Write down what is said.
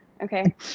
okay